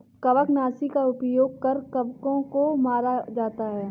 कवकनाशी का उपयोग कर कवकों को मारा जाता है